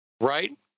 Right